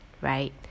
right